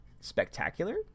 Spectacular